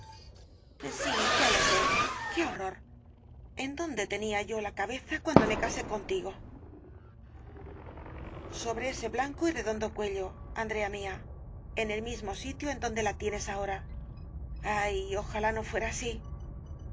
sí ya lo sé qué horror en dónde tenía yo la cabeza cuando me casé contigo sobre ese blanco y redondo cuello andrea mía en el mismo sitio en donde la tienes ahora ay ojalá no fuera así